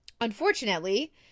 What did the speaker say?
Unfortunately